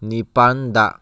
ꯅꯤꯄꯥꯜꯗ